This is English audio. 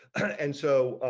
and so